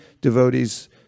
devotees